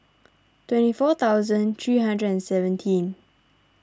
twenty four thousand three hundred and seventeen